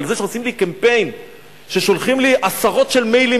אבל זה שעושים לי קמפיין ושולחים לי עשרות מיילים